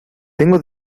tengo